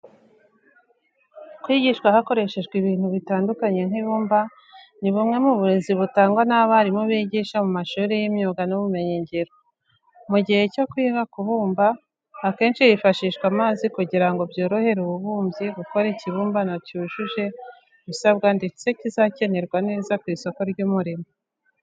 Kwigishwa hakoreshejwe ibintu bitandukanye nk'ibumba, ni bumwe mu burezi butangwa n'abarimu bigisha mu mashuri y'imyuga n'ubumenyingiro. Mu gihe cyo kwiga ku bumba, akenshi hifashishwa amazi kugira ngo byorohere umubumbyi gukora ikibumbano cyujuje ibisabwa ndetse kizakirwa neza ku isoko ry'umurimo.